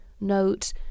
Note